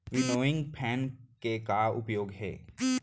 Winnowing fan के का उपयोग हे?